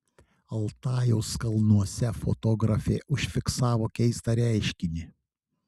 altajaus kalnuose fotografė užfiksavo keistą reiškinį